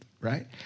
right